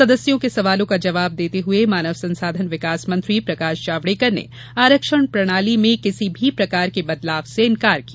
सदस्यों के सवालों का जवाब देते हुए मानव संसाधन विकास मंत्री प्रकाश जावड़ेकर ने आरक्षण प्रणाली में किसी भी प्रकार से बदलाव से इन्कार किया